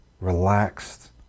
relaxed